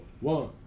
one